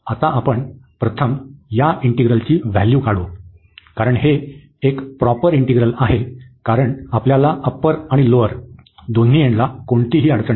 आता आपण प्रथम या इंटिग्रलची व्हॅल्यू काढू कारण हे एक प्रॉपर इंटिग्रल आहे कारण आम्हाला अप्पर आणि लोअर दोन्ही एंडला कोणतीही अडचण नाही